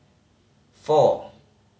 four